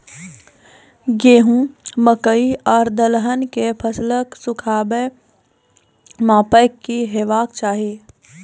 गेहूँ, मकई आर दलहन के फसलक सुखाबैक मापक की हेवाक चाही?